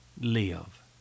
live